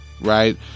right